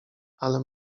ale